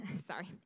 sorry